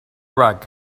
rug